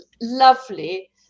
lovely